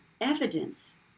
evidence